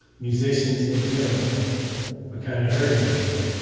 musicians in general are kind of hurting right now.